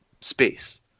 Space